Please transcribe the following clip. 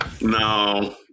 No